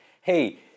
hey